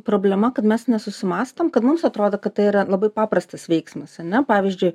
problema kad mes nesusimąstom kad mums atrodo kad tai yra labai paprastas veiksmas ane pavyzdžiui